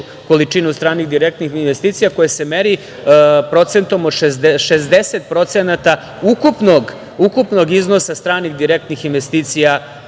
količinu stranih direktnih investicija koja se meri procentom od 60% ukupnog iznosa stranih direktnih investicija